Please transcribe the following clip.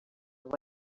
what